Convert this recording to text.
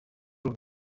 paul